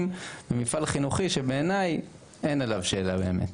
ומפעל חינוכי שבעיניי אין עליו שאלה באמת.